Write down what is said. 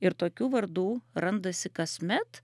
ir tokių vardų randasi kasmet